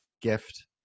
gift